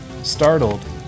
Startled